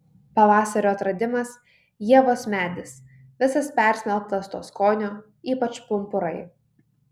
pavasario atradimas ievos medis visas persmelktas to skonio ypač pumpurai